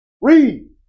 Read